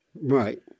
Right